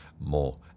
more